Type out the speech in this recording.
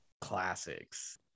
classics